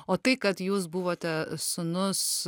o tai kad jūs buvote sūnus